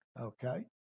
Okay